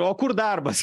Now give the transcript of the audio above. o kur darbas